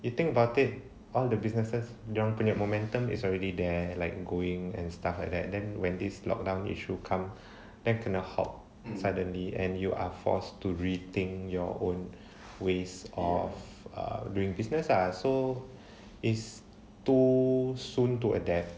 you think about it all the businesses dia orang punya momentum is already there like going and stuff like that then when this lockdown issue come then kena halt suddenly and you are forced to rethink your own ways of err during business ah so it's too soon to adapt